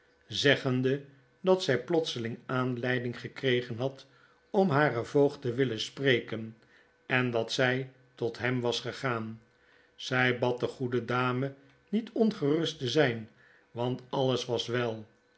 zeggende dat zij plotseling aanleiding gekregen had om haren voogd te willen spreken en dat zij tot hem was gegaan zij bad de goede dame niet ongerust te zijn want alles was wel